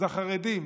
החרדים